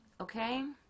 okay